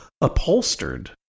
upholstered